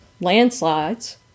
landslides